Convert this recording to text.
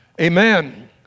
Amen